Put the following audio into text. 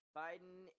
biden